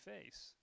face